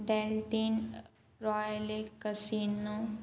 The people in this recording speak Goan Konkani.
Deltin Royale casino